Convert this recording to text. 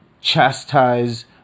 Chastise